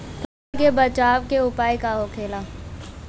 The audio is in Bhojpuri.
फसल के बचाव के उपाय का होला?